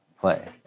play